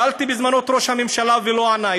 שאלתי בזמנו את ראש הממשלה ולא ענה,